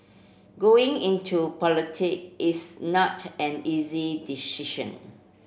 going into politic is not an easy decision